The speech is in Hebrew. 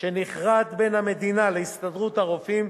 שנכרת בין המדינה להסתדרות הרופאים,